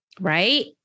right